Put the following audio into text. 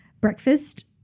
breakfast